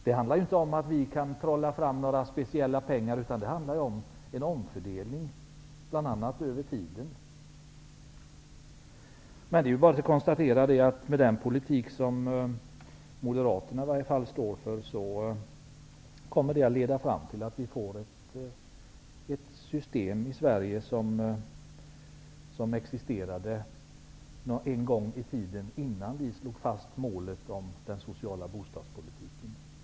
Det handlar inte om att vi kan trolla fram några speciella pengar, utan det handlar om en omfördelning bl.a. över tiden. Det är bara att konstatera att den politik som Moderaterna står för kommer att leda fram till att vi får ett system i Sverige som existerade en gång i tiden innan vi slog fast målet om den sociala bostadspolitiken.